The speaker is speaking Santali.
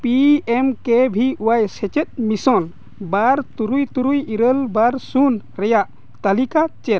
ᱯᱤ ᱮᱢ ᱠᱮ ᱵᱷᱤ ᱚᱣᱟᱭ ᱥᱮᱪᱮᱫ ᱢᱤᱥᱚᱱ ᱵᱟᱨ ᱛᱩᱨᱩᱭ ᱛᱩᱨᱩᱭ ᱤᱨᱟᱹᱞ ᱵᱟᱨ ᱥᱩᱱ ᱨᱮᱭᱟᱜ ᱛᱟᱹᱞᱤᱠᱟ ᱪᱮᱫ